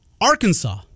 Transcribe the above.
Arkansas